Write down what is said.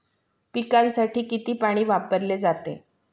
पिकांसाठी किती पाणी वापरले जाते?